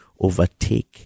overtake